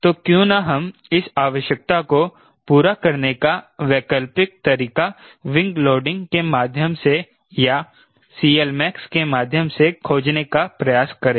तो क्यों न हम इस आवश्यकता को पूरा करने का वैकल्पिक तरीका विंग लोडिंग के माध्यम से या CLmax के माध्यम से खोजने का प्रयास करें